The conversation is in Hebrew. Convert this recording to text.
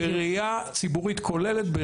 בראייה ציבורית כוללת.